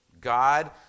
God